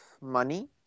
money